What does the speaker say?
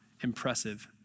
impressive